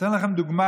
אתן לכם דוגמה,